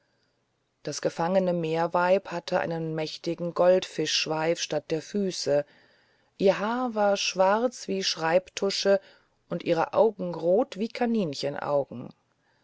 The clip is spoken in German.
das gefangene meerweib hatte einen mächtigen goldfischschweif statt der füße ihr haar war schwarz wie schreibtusche und ihre augen rot wie